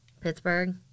pittsburgh